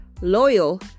loyal